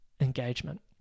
engagement